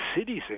cities